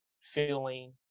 feeling